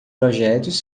projetos